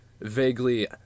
vaguely